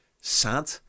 sad